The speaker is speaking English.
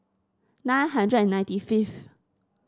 nine hundred and ninety fifth